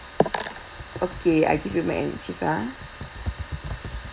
okay I give you mac and cheese ah